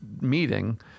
meeting